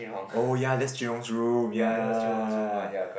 oh ya that's Jun Hong's room ya